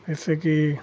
जैसे कि